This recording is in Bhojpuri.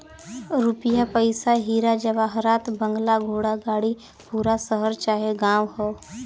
रुपिया पइसा हीरा जवाहरात बंगला घोड़ा गाड़ी पूरा शहर चाहे गांव हौ